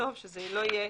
לכתוב שזה לא יהיה